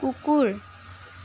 কুকুৰ